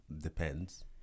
Depends